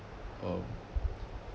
um